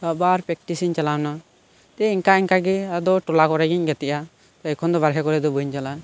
ᱛᱚ ᱟᱵᱟᱨ ᱯᱮᱠᱴᱤᱥᱮᱧ ᱪᱟᱞᱟᱣ ᱮᱱᱟ ᱫᱤᱭᱮ ᱤᱝᱠᱟ ᱤᱝᱠᱟᱜᱮ ᱟᱫᱚ ᱴᱚᱞᱟ ᱠᱚᱨᱮᱜᱮᱧ ᱜᱟᱛᱮᱜᱼᱟ ᱮᱠᱷᱚᱱ ᱫᱚ ᱵᱟᱨᱦᱮ ᱠᱚᱨᱮ ᱫᱚ ᱵᱟᱹᱧ ᱪᱟᱞᱟᱜᱼᱟ